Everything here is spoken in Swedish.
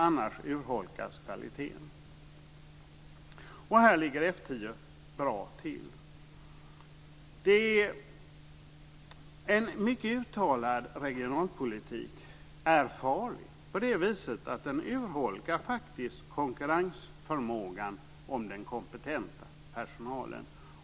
Annars urholkas kvaliteten. Här ligger F 10 bra till. En mycket uttalad regionalpolitik är farlig på det viset att den faktiskt urholkar förmågan att konkurrera om den kompetenta personalen.